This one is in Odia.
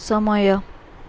ସମୟ